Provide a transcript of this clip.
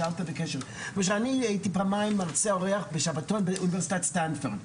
ושאני הייתי פעמיים מרצה אורח בשבתון באוניברסיטת סטנפורד,